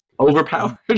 Overpowered